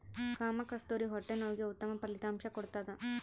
ಕಾಮಕಸ್ತೂರಿ ಹೊಟ್ಟೆ ನೋವಿಗೆ ಉತ್ತಮ ಫಲಿತಾಂಶ ಕೊಡ್ತಾದ